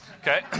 Okay